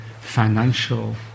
financial